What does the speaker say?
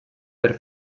per